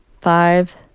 five